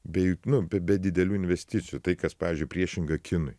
bei jok nu be be didelių investicijų tai kas pavyzdžiui priešinga kinui